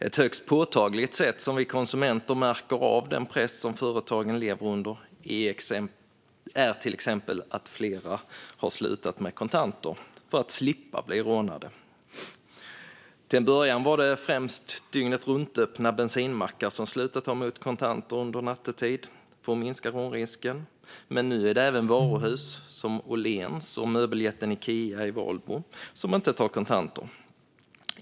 Ett högst påtagligt exempel på att vi konsumenter märker av den press som företagen lever under är att flera har slutat med kontanter för att slippa bli rånade. Till en början var det främst dygnetruntöppna bensinmackar som slutade att ta emot kontanter under nattetid för att minska rånrisken, men nu tar inte heller varuhus som Åhléns eller möbeljätten Ikea i Valbo emot kontanter.